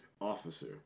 officer